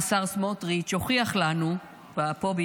השר סמוטריץ' הוכיח לנו פה,